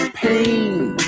pain